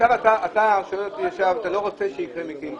המרכזית דרך הדלת הקדמית.